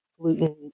Gluten